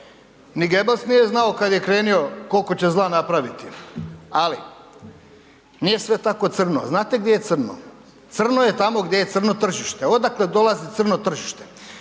Ni Goebbels nije znao kad je krenio koliko će zla napraviti, ali nije sve tako crno. Znate gdje je crno? Crno je tamo gdje je crno tržište. Odakle dolazi crno tržište?